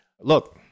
Look